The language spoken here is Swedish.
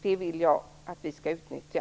Det vill jag att vi skall utnyttja.